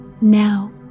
Now